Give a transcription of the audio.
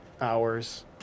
hours